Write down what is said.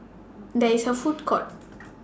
There IS A Food Court